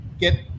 get